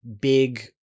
big